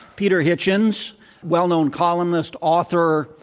peter hitchens well-known columnist, author,